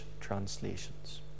translations